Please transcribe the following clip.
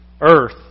earth